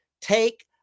take